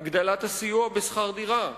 הגדלת הסיוע בשכר דירה,